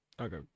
Okay